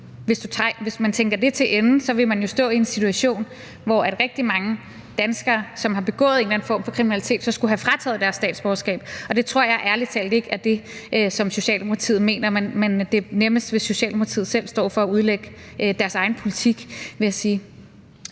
Hvis man tænker det til ende, vil man jo stå i en situation, hvor rigtig mange danskere, som har begået en eller anden form for kriminalitet, så skulle have frataget deres statsborgerskab, og det tror jeg ærlig talt ikke er det, som Socialdemokratiet mener. Men det er nemmest, hvis Socialdemokratiet selv står for at udlægge deres egen politik, vil jeg sige.